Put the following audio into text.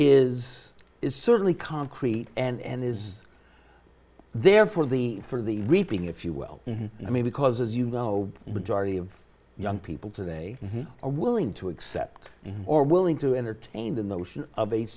is is certainly concrete and is there for the for the reaping if you will i mean because as you know majority of young people today are willing to accept or willing to entertain the notion of a